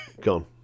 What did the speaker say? Gone